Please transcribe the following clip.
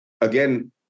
Again